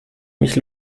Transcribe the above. mich